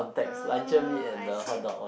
orh I see